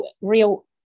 real